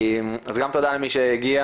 אז גם תודה למי שהגיע,